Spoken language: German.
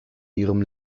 ihrem